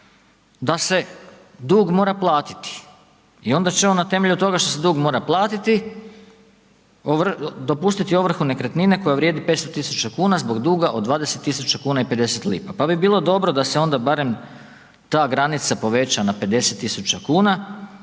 da se dug mora platiti i onda će on na temelju toga što se dug mora platiti dopustiti ovrhu nekretnine koja vrijedi 500.000,00 kn zbog duga od 20.000,50 kn, pa bi bilo dobro da se onda barem ta granica poveća na 50.000,00